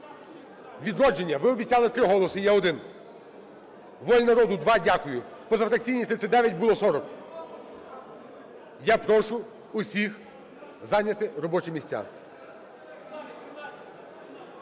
"Відродження", ви обіцяли 3 голоси – є 1. "Воля народу" – 2, дякую. Позафракційні – 39 (було 40). Я прошу усіх зайняти робочі місця.